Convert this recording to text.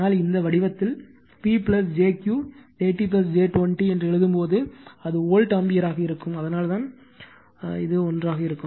ஆனால் இந்த வடிவத்தில் P jQ 30 j 20 எழுதும்போது அது வோல்ட் ஆம்பியராக இருக்கும் அதனால்தான் இது ஒன்றாக இருக்கும்